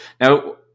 Now